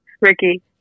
Ricky